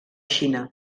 xina